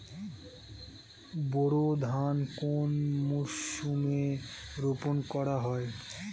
বোরো ধান কোন মরশুমে রোপণ করা হয়?